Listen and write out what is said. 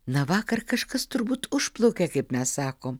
na vakar kažkas turbūt užplaukė kaip mes sakom